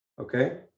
okay